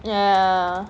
ya